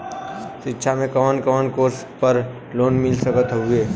शिक्षा मे कवन कवन कोर्स पर लोन मिल सकत हउवे?